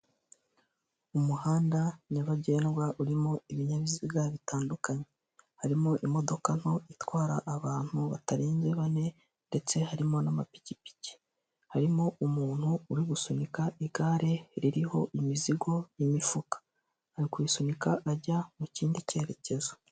Umuhanda nyabagendwa urimo ibinyabiziga bitandukanye. Harimo imodoka nto itwara abantu batarenze bane ndetse harimo n'amapikipiki. Harimo umuntu uri gusunika igare ririho imizigo y'imifuka, ari kuyisunika ajya mu kindi cyerekezo.